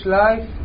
life